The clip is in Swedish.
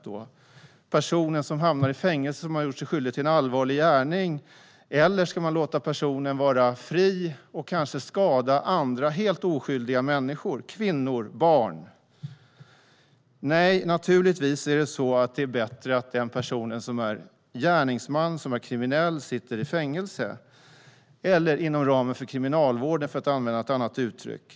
Är det personen som hamnat i fängelse och som har gjort sig skyldig till en allvarlig gärning? Eller ska man låta personen vara fri och kanske skada andra helt oskyldiga människor - kvinnor och barn? Nej, det är naturligtvis bättre att den person som är gärningsman och kriminell sitter i fängelse eller finns inom ramen för kriminalvården, för att använda ett annat uttryck.